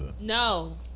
No